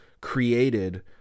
created